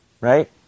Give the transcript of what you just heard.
right